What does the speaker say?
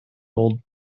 old